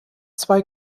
zwei